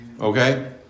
Okay